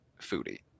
Foodie